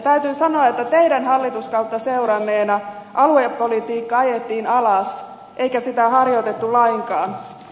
täytyy sanoa että teidän hallituskauttanne seuranneena aluepolitiikka ajettiin alas eikä sitä harjoitettu lainkaan